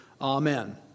Amen